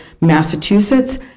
Massachusetts